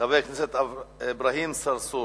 חבר הכנסת אברהים צרצור,